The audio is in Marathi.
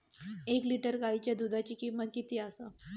एक लिटर गायीच्या दुधाची किमंत किती आसा?